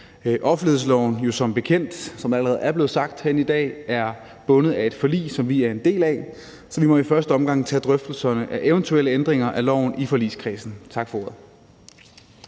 bekendt, som der allerede er blevet sagt herinde i dag, er bundet af et forlig, som vi er en del af, så vi må i første omgang tage drøftelserne af eventuelle ændringer af loven i forligskredsen. Tak for ordet.